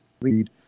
read